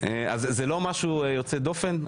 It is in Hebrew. זה לא משהו יוצא דופן.